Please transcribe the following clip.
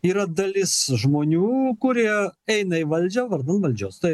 yra dalis žmonių kurie eina į valdžią vardan valdžios tai